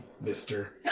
Mister